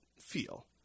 feel